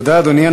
תודה, אדוני.